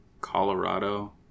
colorado